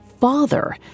father